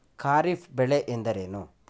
ಖಾರಿಫ್ ಬೆಳೆ ಎಂದರೇನು?